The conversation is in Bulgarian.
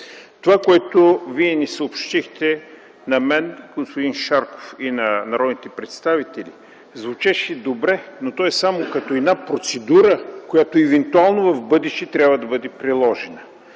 Това, което Вие ни съобщихте – на мен, на господин Шарков и на народните представители, звучеше добре, но е само като процедура, която евентуално в бъдеще трябва да бъде приложена.